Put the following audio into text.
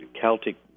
Celtic